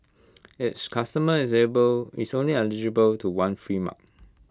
each customer is able is only eligible to one free mug